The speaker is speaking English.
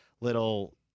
little